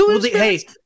Hey